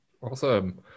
Awesome